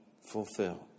fulfilled